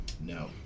No